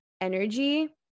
energy